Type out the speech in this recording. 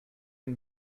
and